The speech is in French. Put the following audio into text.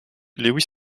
lewis